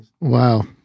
Wow